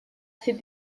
ses